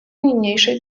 niniejszej